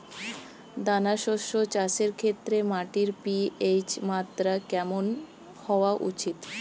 দানা শস্য চাষের ক্ষেত্রে মাটির পি.এইচ মাত্রা কেমন হওয়া উচিৎ?